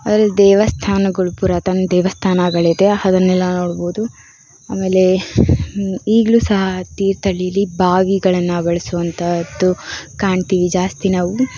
ಅಲ್ಲಿ ದೇವಸ್ಥಾನಗಳು ಪುರಾತನ ದೇವಸ್ಥಾನಗಳಿದೆ ಅದನ್ನೆಲ್ಲ ನೋಡ್ಬೋದು ಆಮೇಲೆ ಈಗಲೂ ಸಹ ತೀರ್ಥಹಳ್ಳೀಲಿ ಬಾವಿಗಳನ್ನು ಬಳಸುವಂತಹದ್ದು ಕಾಣ್ತೀವಿ ಜಾಸ್ತಿ ನಾವು